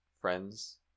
friends